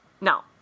no